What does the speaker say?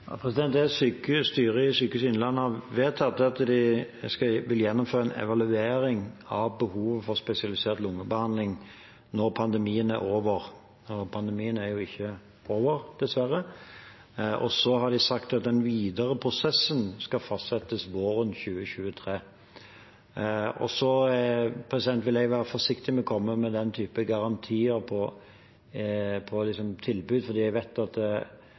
Det styret i Sykehuset Innlandet har vedtatt, er at de vil gjennomføre en evaluering av behovet for spesialisert lungebehandling når pandemien er over, og pandemien er jo ikke over, dessverre. Så har de sagt at den videre prosessen skal fastsettes våren 2023. Jeg vil være forsiktig med å komme med den typen garantier på «tilbud», for jeg vet at